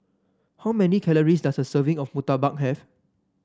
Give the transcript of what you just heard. how many calories does a serving of murtabak have